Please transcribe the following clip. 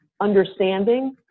understanding